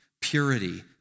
purity